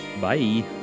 bye